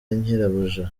nyirabuja